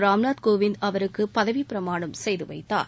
ராம் நாத் கோவிந்த் அவருக்கு பதவிப்பிரமாணம் செய்துவைத்தார்